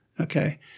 Okay